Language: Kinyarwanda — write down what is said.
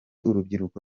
urubyiruko